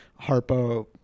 Harpo